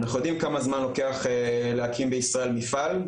אנחנו יודעים כמה זמן לוקח להקים בישראל מפעל,